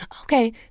Okay